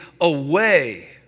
away